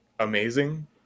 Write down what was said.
amazing